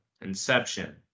Inception